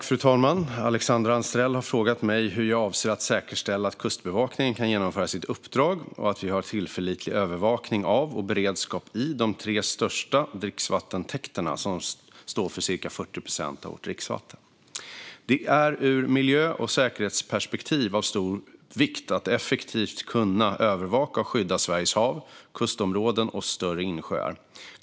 Fru talman! Alexandra Anstrell har frågat mig hur jag avser att säkerställa att Kustbevakningen kan genomföra sitt uppdrag och att vi har tillförlitlig övervakning av och beredskap i de tre största dricksvattentäkterna, som står för cirka 40 procent av vårt dricksvatten. Det är ur miljö och säkerhetsperspektiv av stor vikt att effektivt kunna övervaka och skydda Sveriges hav, kustområden och större insjöar.